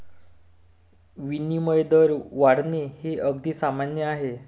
विनिमय दर वाढणे हे अगदी सामान्य आहे